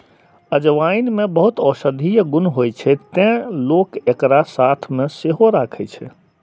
अजवाइन मे बहुत औषधीय गुण होइ छै, तें लोक एकरा साथ मे सेहो राखै छै